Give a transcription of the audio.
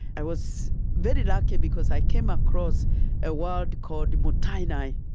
i was very lucky because i came across a word called mottainai,